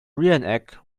reenact